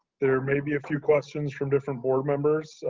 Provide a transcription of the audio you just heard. there may be a few questions from different board members,